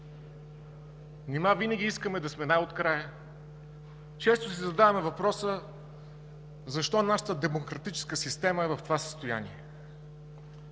Нима винаги искаме да сме най-открая? Често си задаваме въпроса: защо нашата демократическа система е в това състояние?